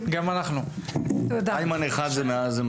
אני רוצה לדבר באופן כללי וחשוב